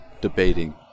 debating